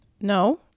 No